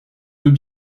deux